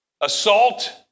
Assault